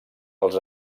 els